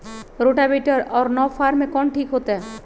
Rotavator और नौ फ़ार में कौन ठीक होतै?